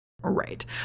Right